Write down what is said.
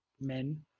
men